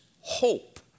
hope